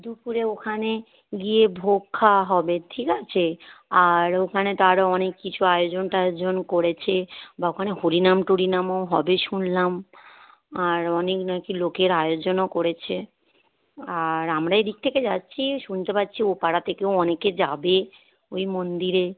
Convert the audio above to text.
দুপুরে ওখানে গিয়ে ভোগ খাওয়া হবে ঠিক আছে আর ওখানে তো আরও অনেক কিছু আয়োজন টায়োজন করেছে বা ওখানে হরিনাম টরিনামও হবে শুনলাম আর অনেক না কি লোকের আয়োজনও করেছে আর আমরা এই দিক থেকে যাচ্ছি শুনতে পাচ্ছি ও পাড়া থেকেও অনেকে যাবে ওই মন্দিরে